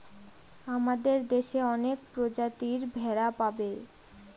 আমাদের দেশে অনেক প্রজাতির ভেড়া পাবে